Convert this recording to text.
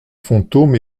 fantômes